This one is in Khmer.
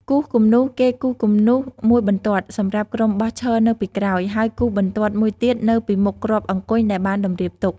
គូសគំនូស គេគូសគំនូសមួយបន្ទាត់សម្រាប់ក្រុមបោះឈរនៅពីក្រោយ ហើយគូសបន្ទាត់មួយទៀតនៅពីមុខគ្រាប់អង្គញ់ដែលបានតម្រៀបទុក ។